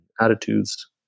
attitudes